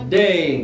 day